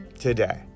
today